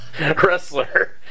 wrestler